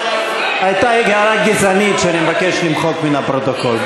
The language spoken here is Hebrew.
הייתה הערה גזענית שאני מבקש למחוק מן הפרוטוקול.